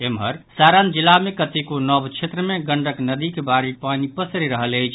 एम्हर सारण जिला मे कतेको नव क्षेत्र मे गंडक नदीक बाढ़िक पानि पसरि रहल अछि